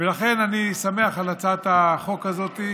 לכן אני שמח על הצעת החוק הזאת,